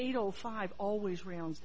eight o five always round